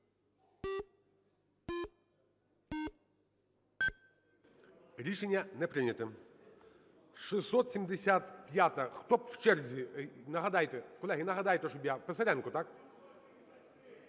Рішення не прийнято. 675-а. Хто в черзі? Нагадайте, колеги, нагадайте, щоб я... Писаренко, так?